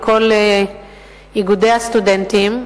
על כל איגודי הסטודנטים,